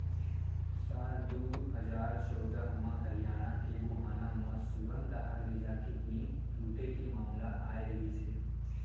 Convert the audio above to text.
साल दू हजार चौदह म हरियाना के गोहाना म सुरंग डाहर ले जाके बेंक लूटे के मामला आए रिहिस हे